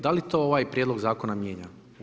Da li to ovaj prijedlog zakona mijenja?